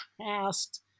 past